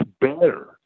better